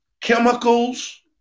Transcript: chemicals